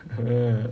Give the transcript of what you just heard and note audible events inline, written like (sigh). (laughs)